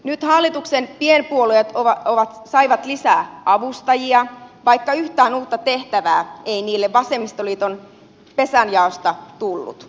nyt hallituksen pienpuolueet saivat lisää avustajia vaikka yhtään uutta tehtävää ei niille vasemmistoliiton pesänjaosta tullut